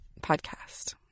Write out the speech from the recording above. podcast